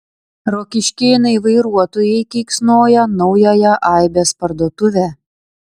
rokiškėnai vairuotojai keiksnoja naująją aibės parduotuvę